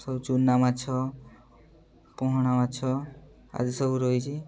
ସବୁ ଚୁନାମାଛ ପୋହଳାମାଛ ଆଦି ସବୁ ରହିଛି